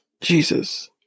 Jesus